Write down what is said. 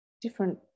different